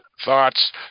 thoughts